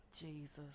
Jesus